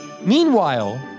Meanwhile